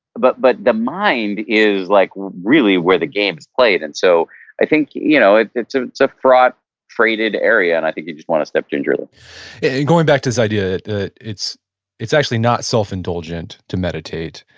but but the mind is like really where the game is played, and so i think you know it's it's ah a thought freighted area, and i think you just want to step to enjoy them yeah. going back to this idea that it's it's actually not self indulgent to meditate.